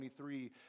23